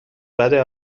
بده